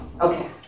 Okay